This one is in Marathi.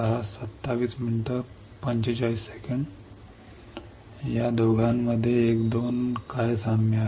या दोघांमध्ये काय साम्य आहे आणि या 2 मध्ये काय साम्य आहे